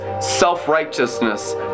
self-righteousness